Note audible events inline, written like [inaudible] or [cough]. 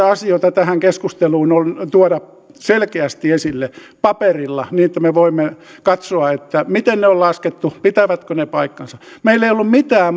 [unintelligible] asioita tähän keskusteluun tuoda selkeästi esille paperilla niin että me voimme katsoa miten ne on laskettu pitävätkö ne paikkansa meillä ei ole ollut mitään [unintelligible]